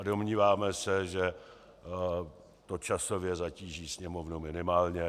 Domníváme se, že to časově zatíží Sněmovnu minimálně.